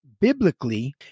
biblically